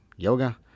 Yoga